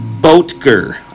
Boatger